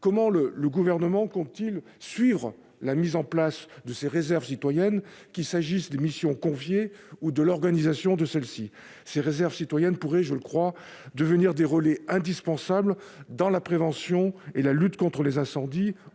comment le Gouvernement compte-t-il suivre la mise en place des réserves citoyennes, qu'il s'agisse des missions qui leur seront confiées ou de leur organisation ? Ces réserves pourraient, je le crois, devenir des relais indispensables dans la prévention et la lutte contre les incendies,